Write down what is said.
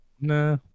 Nah